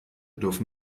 dürfen